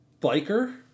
Biker